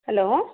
hello